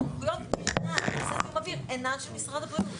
הסמכויות בנושא זיהום אוויר אינן של משרד הבריאות.